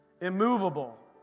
immovable